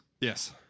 Yes